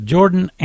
Jordan